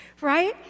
right